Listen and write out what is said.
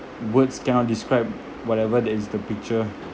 words cannot describe whatever that is the picture